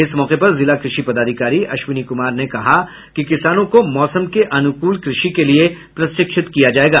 इस मौके पर जिला कृषि पदाधिकारी अश्विनी कुमार ने कहा कि किसानों को मौसम के अनुकूल कृषि के लिए प्रशिक्षित किया जाएगा